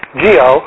geo